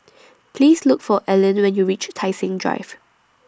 Please Look For Ellyn when YOU REACH Tai Seng Drive